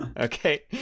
okay